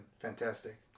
fantastic